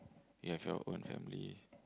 you have your own family